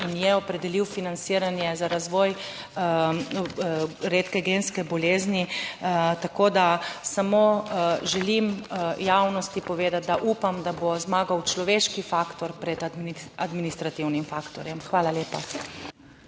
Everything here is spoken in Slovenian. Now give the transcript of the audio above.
in je opredelil financiranje za razvoj redke genske bolezni. Javnosti želim samo povedati, da upam, da bo zmagal človeški faktor pred administrativnim faktorjem. Hvala lepa.